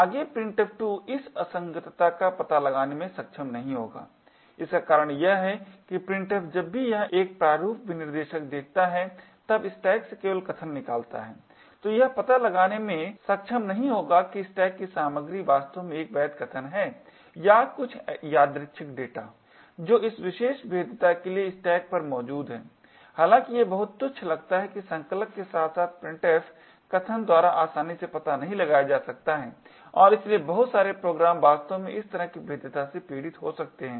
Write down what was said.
आगे printf 2 इस असंगतता का पता लगाने में सक्षम नहीं होगा इसका कारण यह है कि printf जब भी यह एक प्रारूप विनिर्देशक देखता है तब स्टैक से केवल कथन निकालता है तो यह पता लगाने में सक्षम नहीं होगा कि स्टैक की सामग्री वास्तव में एक वैध कथन है या कुछ यादृछिक डेटा जो इस विशेष भेद्यता के लिए स्टैक पर मौजूद है हालांकि यह बहुत तुच्छ लगता है कि संकलक के साथ साथ printf कथन द्वारा आसानी से पता नहीं लगाया जा सकता है और इसलिए बहुत सारे प्रोग्राम वास्तव में इस तरह की भेद्यता से पीड़ित हो सकते हैं